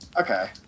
Okay